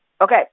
Okay